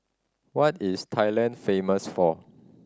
what is Thailand famous for